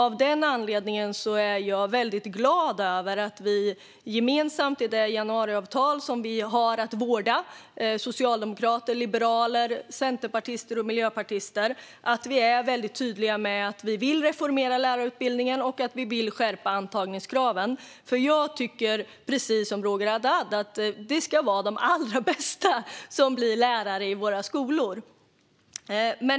Av den anledningen är jag väldigt glad över att vi gemensamt i det januariavtal som vi socialdemokrater, liberaler, centerpartister och miljöpartister har att vårda är tydliga med att vi vill reformera lärarutbildningen och att vi vill skärpa antagningskraven. Jag tycker, precis som Roger Haddad, att det ska vara de allra bästa som blir lärare i våra skolor.